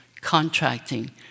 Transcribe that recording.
contracting